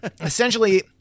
Essentially